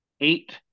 eight